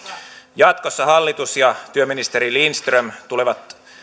jatkossa hallitus ja työministeri lindström tulevat